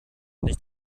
nicht